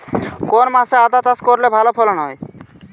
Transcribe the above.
কোন মাসে আদা চাষ করলে ভালো ফলন হয়?